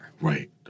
Right